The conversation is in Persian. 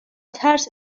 ترس